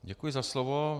Děkuji za slovo.